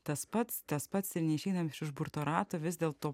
tas pats tas pats ir neišeinam iš užburto rato vis dėlto